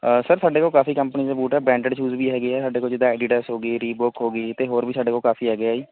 sir ਸਾਡੇ ਕੋਲ ਕਾਫ਼ੀ ਕੰਪਨੀ ਦੇ ਬੂਟ ਹੈ ਬ੍ਰੈਂਡਿਡ ਸ਼ੂਜ ਵੀ ਹੈਗੇ ਹੈ ਸਾਡੇ ਕੋਲ ਜਿੱਦਾਂ ਐਡੀਡਾਸ ਹੋ ਗਏ ਰੀਬੋਕ ਹੋ ਗਏ ਅਤੇ ਹੋਰ ਵੀ ਸਾਡੇ ਕੋਲ ਕਾਫ਼ੀ ਹੈਗੇ ਹੈ ਜੀ